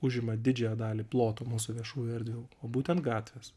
užima didžiąją dalį ploto mūsų viešųjų erdvių o būtent gatvės